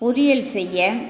பொரியல் செய்ய